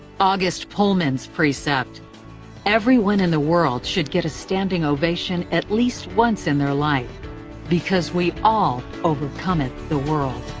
august pullman's precept everyone in the world should get a standing ovation at least once in their life because we all overcometh the world.